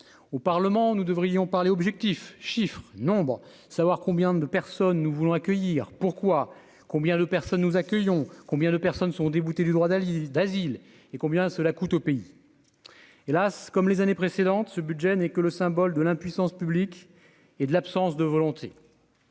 au Parlement, nous devrions parler objectif chiffres Nombre savoir combien de personnes nous voulons accueillir pourquoi combien de personnes nous accueillons combien de personnes sont déboutés du droit d'Ali d'asile et combien cela coûte au pays, hélas, comme les années précédentes, ce budget n'est que le symbole de l'impuissance publique et de l'absence de volonté.